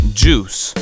juice